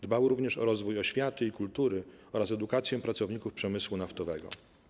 Dbał również o rozwój oświaty i kultury oraz edukację pracowników przemysłu naftowego.